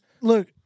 Look